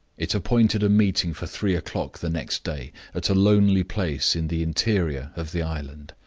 it appointed a meeting for three o'clock the next day, at a lonely place in the interior of the island.